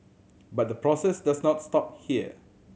but the process does not stop here